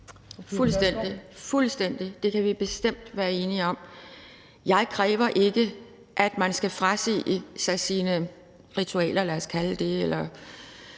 Fuldstændig! Det kan vi bestemt være enige om. Jeg kræver ikke, at man skal frasige sig sine ritualer, lad os kalde det